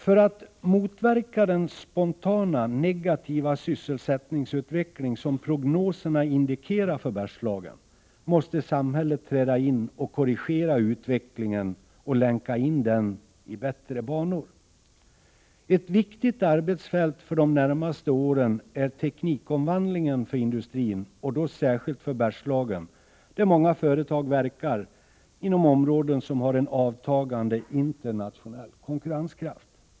För att motverka den spontana negativa sysselsättningsutveckling som prognoserna indikerar för Bergslagen måste samhället träda in och korrigera utvecklingen och länka in den på bättre banor. Ett viktigt arbetsfält för de närmaste åren är teknikomvandlingen för industrin, och då särskilt för Bergslagen där många företag verkar inom områden som har en avtagande internationell konkurrenskraft.